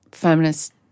feminist